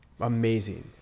amazing